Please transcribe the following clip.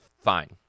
fine